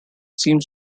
seems